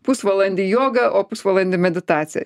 pusvalandį jogą o pusvalandį meditaciją